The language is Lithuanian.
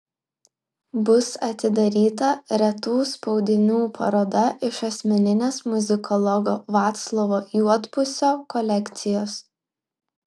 bus atidaryta retų spaudinių paroda iš asmeninės muzikologo vaclovo juodpusio kolekcijos